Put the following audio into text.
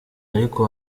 ariko